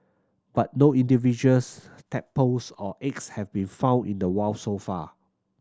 but no individuals tadpoles or eggs have been found in the wild so far